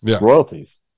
royalties